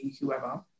whoever